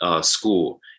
school